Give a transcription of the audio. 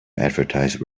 advertise